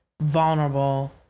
vulnerable